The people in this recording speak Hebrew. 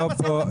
לא פה.